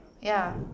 ya